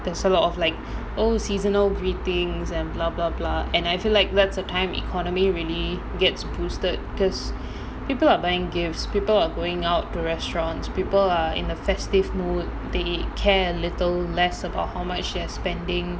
there's a lot of like oh seasonal greetings and and I feel like that's a time economy really gets boosted because people are buying gifts people are going out to restaurants people are in the festive mood they care a little less about how much they are spending